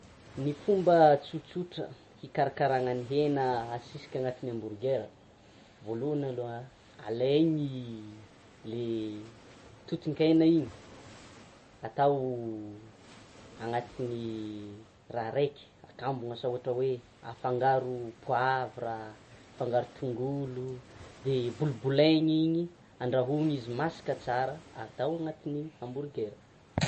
Ny fomba tsotsotra hikarakarana ny hena asisika anatin'ny hamburgers voalohany aloha alainy toton-kena iny, atao anatin'ny raha araiky, akambana asa ohatra hoe: afangaro poivre, afangaro tongolo, de bolobolaigna iny andrahoina izy masaka tsara atao anatin'ny hamburgers.